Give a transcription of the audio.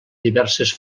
diverses